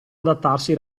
adattarsi